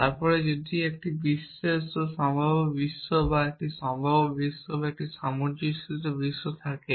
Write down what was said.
তারপর যদি একটি সম্ভাব্য বিশ্ব বা একটি সম্ভাব্য বিশ্ব বা একটি সামঞ্জস্যপূর্ণ বিশ্ব থাকে